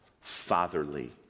Fatherly